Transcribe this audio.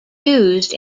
used